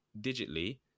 digitally